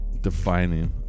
defining